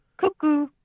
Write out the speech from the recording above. cuckoo